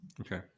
Okay